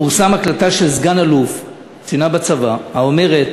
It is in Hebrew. פורסמה הקלטה של סגן-אלוף, קצינה בצבא, האומרת: